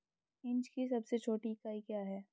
Inch की सबसे छोटी इकाई क्या है?